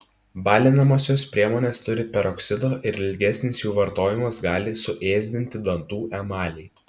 balinamosios priemonės turi peroksido ir ilgesnis jų vartojimas gali suėsdinti dantų emalį